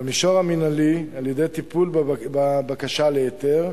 במישור המינהלי, על-ידי טיפול בבקשה להיתר,